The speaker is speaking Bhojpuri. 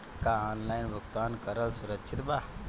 का ऑनलाइन भुगतान करल सुरक्षित बा?